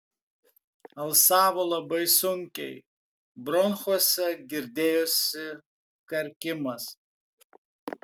alsavo labai sunkiai bronchuose girdėjosi karkimas